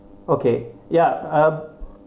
okay yup uh